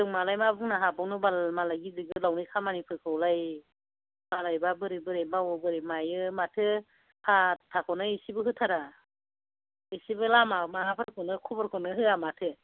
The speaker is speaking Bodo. जों मालाय मा बुंनो हाबावनो बाल मालाय गिदिर गोलावनि खामानिफोरखौलाय मालायबा बोरै बोरै मावो मायो माथो पाटटाखौनो एसेबो होथारा एसेबो लामा माबाफोरखौनो खबरखौनो होआ माथो